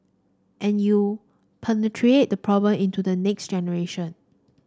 and you perpetuate the problem into the next generation